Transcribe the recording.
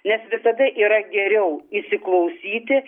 nes visada yra geriau įsiklausyti